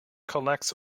collects